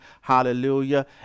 Hallelujah